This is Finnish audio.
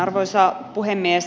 arvoisa puhemies